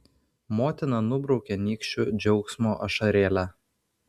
motina nubraukia nykščiu džiaugsmo ašarėlę